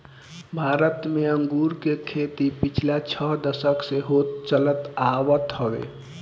भारत में अंगूर के खेती पिछला छह दशक से होत चलत आवत हवे